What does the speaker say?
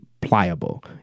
Pliable